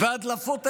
והדלפות אין-סופיות,